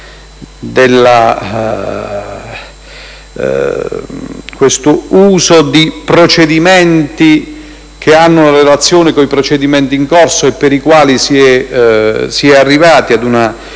che l'uso di procedimenti che hanno relazione con i procedimenti in corso e per i quali si è arrivati ad una